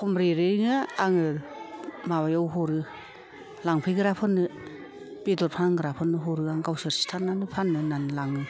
खम रेतैनो आङो माबायाव हरो लांफैग्राफोरनो बेदर फानग्राफोरनो हरो आं गावसोर सिथारनानै फाननो होननानै लाङो